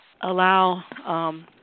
allow